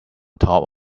top